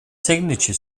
signature